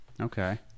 Okay